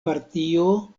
partio